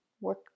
work